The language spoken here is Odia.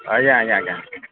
ଆଜ୍ଞା ଆଜ୍ଞା ଆଜ୍ଞା